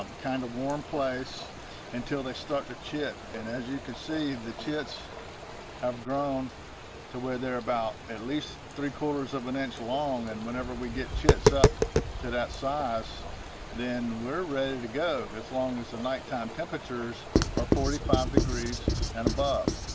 um kind of warm place until they start to chit and as you can see the chit's have grown to where they're about at least three four of an inch long and whenever we get chits up to that size then we're ready to go as long as the night time temperatures are forty five degrees and above